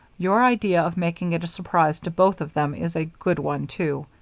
your idea of making it a surprise to both of them is a good one, too.